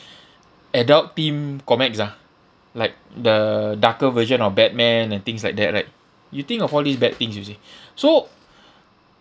adult themed comics ah like the darker version of batman and things like that right you think of all these bad things you see so